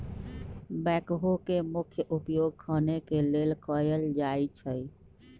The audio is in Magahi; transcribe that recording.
बैकहो के मुख्य उपयोग खने के लेल कयल जाइ छइ